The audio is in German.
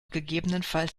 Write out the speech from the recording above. gegebenenfalls